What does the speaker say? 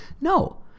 No